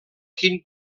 quin